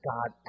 God